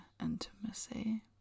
Intimacy